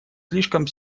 слишком